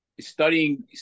studying